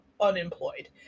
unemployed